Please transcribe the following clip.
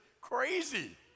crazy